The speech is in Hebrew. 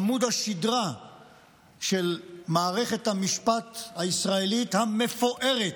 עמוד השדרה של מערכת המשפט הישראלית המפוארת.